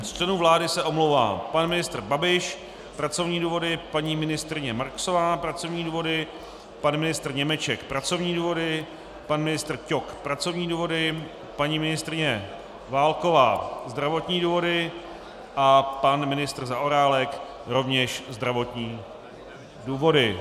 Z členů vlády se omlouvá pan ministr Babiš pracovní důvody, paní ministryně Marksová pracovní důvody, pan ministr Němeček pracovní důvody, pan ministr Ťok pracovní důvody, paní ministryně Válková zdravotní důvody, pan ministr Zaorálek rovněž zdravotní důvody.